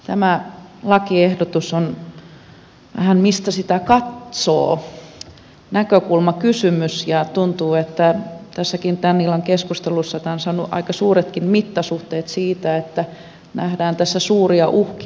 tämä lakiehdotus on riippuen vähän siitä mistä sitä katsoo näkökulmakysymys ja tuntuu että tässä tämänkin illan keskustelussa tämä on saanut aika suuretkin mittasuhteet siinä että tässä nähdään suuria uhkia